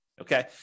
Okay